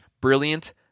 brilliant